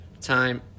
Time